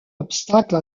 obstacle